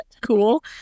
cool